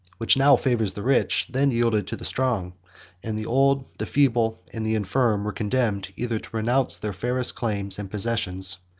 which now favors the rich, then yielded to the strong and the old, the feeble, and the infirm, were condemned, either to renounce their fairest claims and possessions,